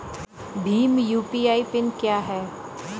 Bhim UPI PIN क्या है?